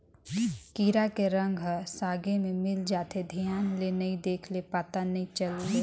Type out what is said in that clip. कीरा के रंग ह सागे में मिल जाथे, धियान ले नइ देख ले पता नइ चले